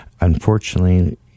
unfortunately